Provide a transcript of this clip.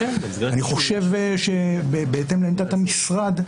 אני חושב שבהתאם לעמדת המשרד,